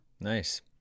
Nice